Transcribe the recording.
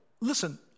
Listen